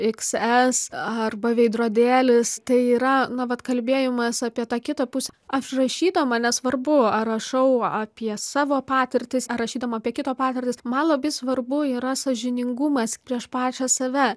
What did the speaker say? iks es arba veidrodėlis tai yra na vat kalbėjimas apie tą kitą pusę aš rašydama nesvarbu ar rašau apie savo patirtis ar rašydama apie kito patirtis man labai svarbu yra sąžiningumas prieš pačią save